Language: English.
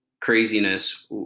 craziness